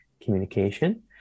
communication